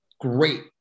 great